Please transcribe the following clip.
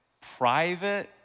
private